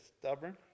stubborn